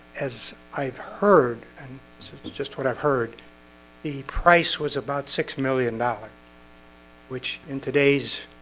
as i've heard and just what i've heard the price was about six million dollars which in today's?